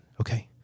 Okay